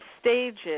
stages